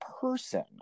person